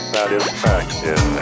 Satisfaction